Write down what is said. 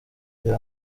reba